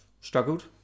struggled